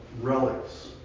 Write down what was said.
Relics